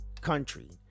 country